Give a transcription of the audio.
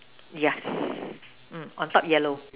yes mm on top yellow